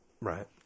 Right